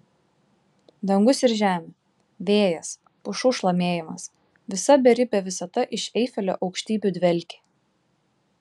dangus ir žemė vėjas pušų šlamėjimas visa beribė visata iš eifelio aukštybių dvelkė